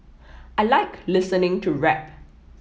I like listening to rap